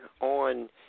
on